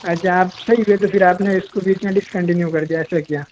अच्छा आप सही हुए थे फिर आप ने इसको बीच में डिस्कंटीन्यू कर दिया ऐसा किया